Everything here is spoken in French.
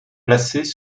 placés